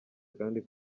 kandi